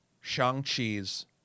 Shang-Chi's